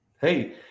hey